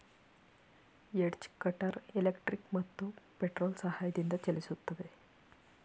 edge cutter electric ಮತ್ತು petrol ಸಹಾಯದಿಂದ ಚಲಿಸುತ್ತೆ